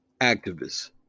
activist